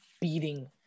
beating